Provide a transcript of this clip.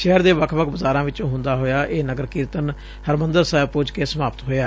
ਸ਼ਹਿਰ ਦੇ ਵੱਖ ਬਾਜ਼ਾਰਾਂ ਚੋਂ ਹੁੰਦਾ ਹੋਇਆ ਇਹ ਨਗਰ ਕੀਰਤਨ ਹਰਿਮੰਦਰ ਸਾਹਿਬ ਪੁੱਜ ਕੇ ਸਮਾਪਤ ਹੋਇਆ